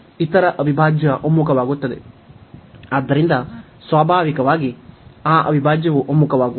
ಆದ್ದರಿಂದ ಸ್ವಾಭಾವಿಕವಾಗಿ ಆ ಅವಿಭಾಜ್ಯವು ಒಮ್ಮುಖವಾಗುವುದು